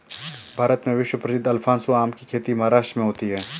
भारत में विश्व प्रसिद्ध अल्फांसो आम की खेती महाराष्ट्र में होती है